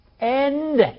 end